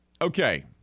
okay